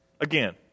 Again